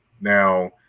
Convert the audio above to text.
Now